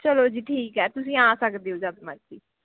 ਚਲੋ ਜੀ ਠੀਕ ਹੈ ਤੁਸੀਂ ਆ ਸਕਦੇ ਹੋ ਜਦ ਮਰਜ਼ੀ